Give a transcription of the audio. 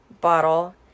bottle